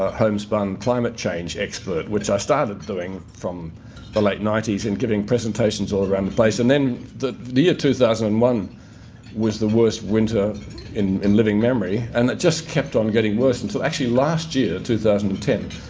ah home spun climate change expert, which i started doing from the late ninety s and giving presentations all around the place. and then the year two thousand and one was the worst winter in living memory and it just kept on getting worse until actually last year, two thousand and ten.